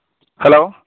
hello